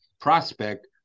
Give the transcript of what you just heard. prospect